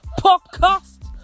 podcast